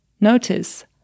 notice